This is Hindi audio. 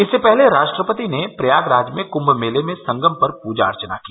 इससे पहले राष्ट्रपति ने प्रयागराज में कुम्भ मेले में संगम पर पूजा अर्चना की